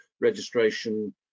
registration